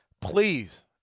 Please